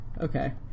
Okay